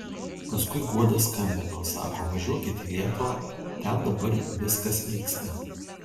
paskui guoda skambino sako važiuokit į lietuvą ten dabar viskas vyksta